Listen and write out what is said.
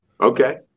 Okay